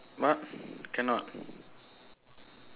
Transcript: what cannot